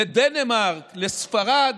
לדנמרק, לספרד,